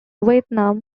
vietnam